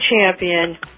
champion